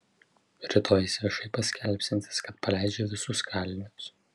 rytoj jis viešai paskelbsiantis kad paleidžia visus kalinius